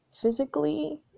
physically